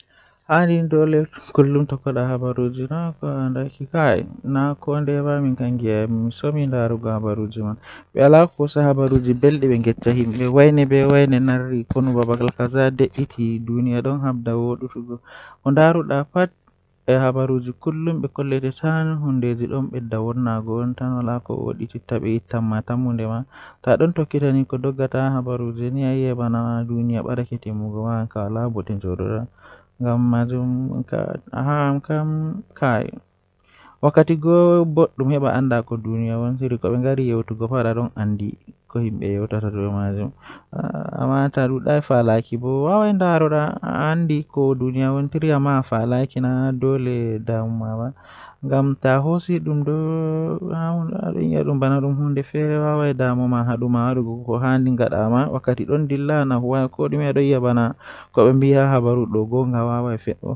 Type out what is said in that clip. Ko ɗum ɗi woodi waawugol waɗde, kono ɗum ɗuum faamataa no waɗata hakkunde njararɗe e ɗuum waɗal ɗum. Aɗa ɗoɗi ngam sembe ɓe weltaari e maɓɓe waɗi waɗitde koɗɗinɗe waɗataa ko waɗude gonɗal neɗɗo. Konngol ɓe waɗata heɓde semmbugol waɗi kadi laaɓtoode njikkitaaɗe, kono waɗal ɓe ɗi heɓanaa njogorde ɗe waɗitde ɗum waɗaa heɓde.